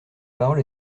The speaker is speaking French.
parole